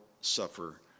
suffer